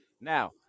Now